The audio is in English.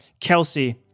Kelsey